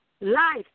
Life